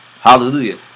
Hallelujah